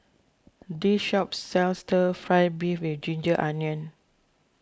this shop sells Stir Fry Beef with Ginger Onions